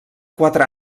quatre